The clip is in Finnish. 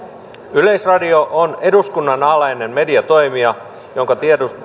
yleisradio on eduskunnan alainen mediatoimija jonka